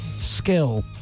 skill